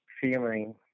feeling